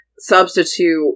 substitute